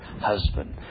husband